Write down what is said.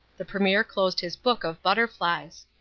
the premier closed his book of butterflies.